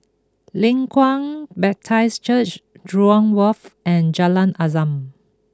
Leng Kwang Baptist Church Jurong Wharf and Jalan Azam